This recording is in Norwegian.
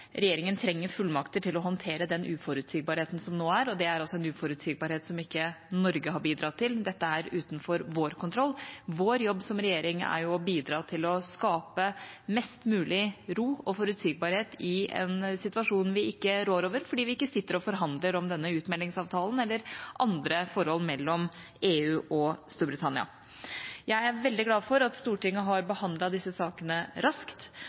regjeringa fullmakter til å håndtere den uforutsigbarheten som nå er. Det er en uforutsigbarhet som ikke Norge har bidratt til. Dette er utenfor vår kontroll. Vår jobb som regjering er å bidra til å skape mest mulig ro og forutsigbarhet i en situasjon vi ikke rår over, fordi vi ikke sitter og forhandler om denne utmeldingsavtalen eller andre forhold mellom EU og Storbritannia. Jeg er veldig glad for at Stortinget har behandlet disse sakene raskt,